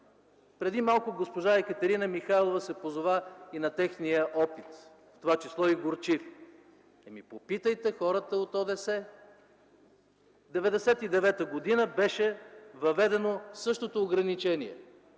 преди малко госпожа Екатерина Михайлова се позова и на техния опит, в това число и горчив. Ами, попитайте хората от ОДС - през 1999 г. беше въведено същото ограничение